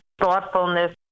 thoughtfulness